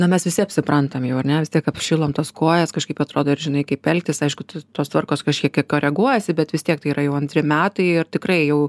na mes visi apsiprantam jau ar ne vis tiek apšilome tas kojas kažkaip atrodo ir žinai kaip elgtis aišku tu tos tvarkos kažkiek koreguojasi bet vis tiek tai yra jau antri metai ir tikrai jau